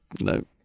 No